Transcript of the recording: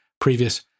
previous